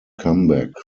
comeback